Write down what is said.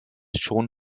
schon